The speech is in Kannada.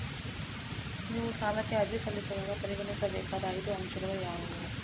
ನೀವು ಸಾಲಕ್ಕೆ ಅರ್ಜಿ ಸಲ್ಲಿಸುವಾಗ ಪರಿಗಣಿಸಬೇಕಾದ ಐದು ಅಂಶಗಳು ಯಾವುವು?